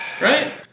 Right